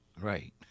Right